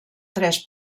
tres